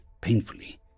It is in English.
painfully